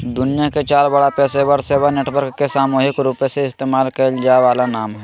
दुनिया के चार बड़ा पेशेवर सेवा नेटवर्क के सामूहिक रूपसे इस्तेमाल कइल जा वाला नाम हइ